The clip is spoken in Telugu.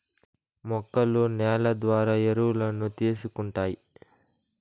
మొక్కలు నేల ద్వారా ఎరువులను తీసుకుంటాయి